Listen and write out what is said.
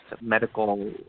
medical